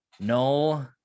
no